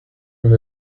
with